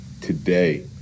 today